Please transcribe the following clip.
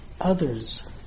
others